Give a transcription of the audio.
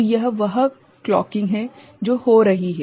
तो यह वह क्लोकिंग है जो हो रही है